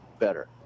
better